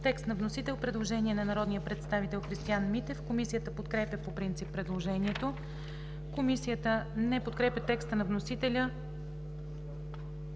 има направено предложение от народния представител Христиан Митев. Комисията подкрепя по принцип предложението. Комисията не подкрепя текста на вносителя